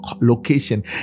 location